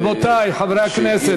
רבותי חברי הכנסת.